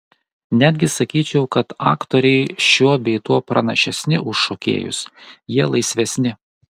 netgi sakyčiau kad aktoriai šiuo bei tuo pranašesni už šokėjus jie laisvesni